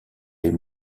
les